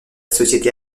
société